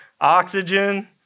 oxygen